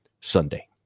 Sunday